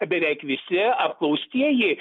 beveik visi apklaustieji